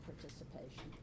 participation